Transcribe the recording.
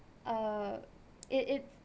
uh it it